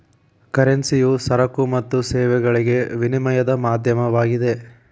ಕರೆನ್ಸಿಯು ಸರಕು ಮತ್ತು ಸೇವೆಗಳಿಗೆ ವಿನಿಮಯದ ಮಾಧ್ಯಮವಾಗಿದೆ